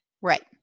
Right